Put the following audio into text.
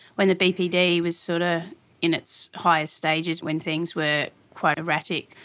when the bpd was sort of in its highest stages, when things were quite erratic,